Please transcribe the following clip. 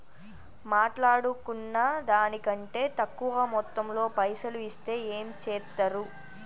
మాట్లాడుకున్న దాని కంటే తక్కువ మొత్తంలో పైసలు ఇస్తే ఏం చేత్తరు?